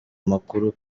amakuru